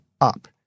up